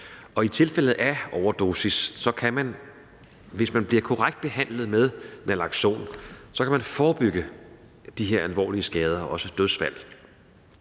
og i tilfælde af overdosis kan man, hvis man bliver korrekt behandlet med naloxon, forebygge de her alvorlige skader og også dødsfald.